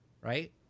right